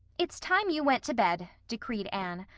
it's time you went to bed, decreed anne,